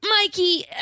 Mikey